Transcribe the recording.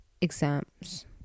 exams